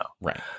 right